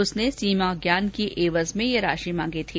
उसने सीमा ज्ञान की एवज में ये राशि मांगी थी